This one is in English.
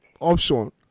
option